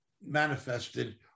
manifested